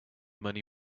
money